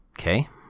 Okay